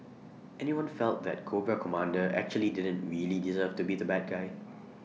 anyone felt that Cobra Commander actually didn't really deserve to be the bad guy